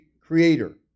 creator